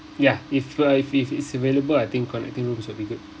ya if uh if it's available I think connecting rooms will be good